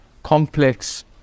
complex